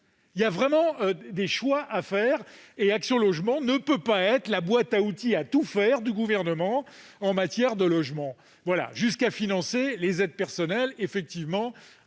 Il y a vraiment des choix à faire : Action Logement ne peut pas être la boîte à outils à tout faire du Gouvernement en matière de logement, jusqu'à financer les aides personnalisées au logement.